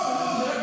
לא, לא.